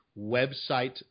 website